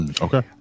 okay